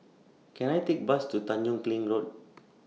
Can I Take Bus to Tanjong Kling Road